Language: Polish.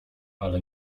ale